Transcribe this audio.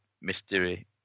mystery